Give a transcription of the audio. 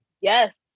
yes